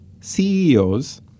CEOs